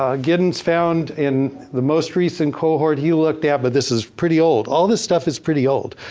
ah giddens found in the most recent cohort he looked at but this is pretty old. all this stuff is pretty old.